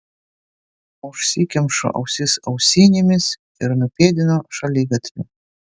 užsikemšu ausis ausinėmis ir nupėdinu šaligatviu